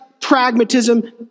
pragmatism